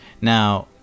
Now